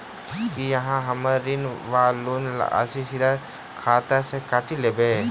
की अहाँ हम्मर ऋण वा लोन राशि सीधा खाता सँ काटि लेबऽ?